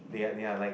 they are they are like